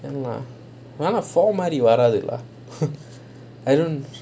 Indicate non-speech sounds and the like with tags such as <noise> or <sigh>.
ஆனா:aanaa !fuh! மாரி வாரத்துல:maari vaarathula <laughs> I don't